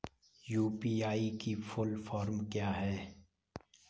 UPI की full form क्या है?